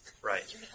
Right